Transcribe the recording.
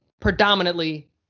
predominantly